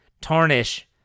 tarnish